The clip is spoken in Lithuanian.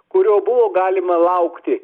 kurio buvo galima laukti